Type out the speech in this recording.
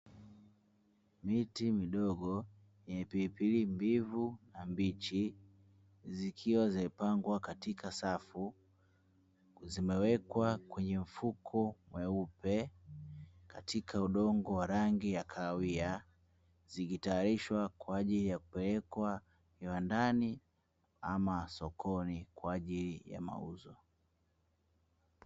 Miti midogo ya pilipili mbivu na mbichi, zikiwa zimepangwa katika safu, zimewekwa kwenye mfuko mweupe katika udongo wa rangi ya kahawia, zikitayarishwa kwa ajili ya kuwekwa viwandani ama sokoni kwa ajili ya mauzo.